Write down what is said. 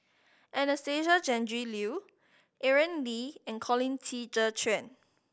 Anastasia Tjendri Liew Aaron Lee and Colin Qi Zhe Quan